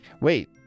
wait